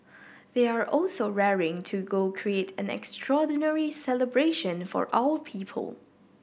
they are also raring to go create an extraordinary celebration for our people